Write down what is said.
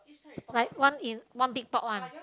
like one in one big pot one